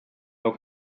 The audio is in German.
auf